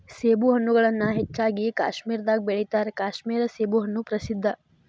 ಸೇಬುಹಣ್ಣುಗಳನ್ನಾ ಹೆಚ್ಚಾಗಿ ಕಾಶ್ಮೇರದಾಗ ಬೆಳಿತಾರ ಕಾಶ್ಮೇರ ಸೇಬುಹಣ್ಣು ಪ್ರಸಿದ್ಧ